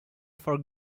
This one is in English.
for